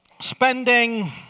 spending